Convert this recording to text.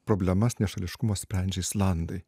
problemas nešališkumo sprendžia islandai